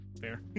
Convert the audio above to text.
fair